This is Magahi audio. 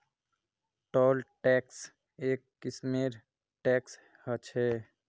टोल टैक्स एक किस्मेर टैक्स ह छः